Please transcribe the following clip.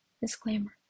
Disclaimer